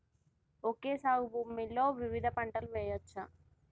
Okay సాగు భూమిలో వివిధ పంటలు వెయ్యచ్చా?